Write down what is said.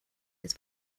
his